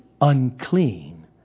unclean